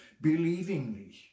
believingly